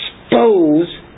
expose